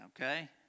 okay